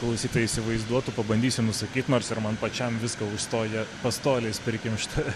klausytojai įsivaizduotų pabandysiu nusakyt nors ir man pačiam viską užstoja pastoliais prikimšta